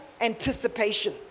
anticipation